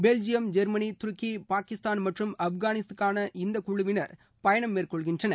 Belgium Germany துருக்கி Qatar Pakistan மற்றும் ஆப்கானிஸ்தானுக்கு இந்த குழுவினர் பயணம் மேற்கொள்கின்றனர்